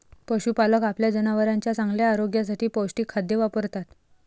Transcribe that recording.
पशुपालक आपल्या जनावरांच्या चांगल्या आरोग्यासाठी पौष्टिक खाद्य वापरतात